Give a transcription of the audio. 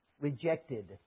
rejected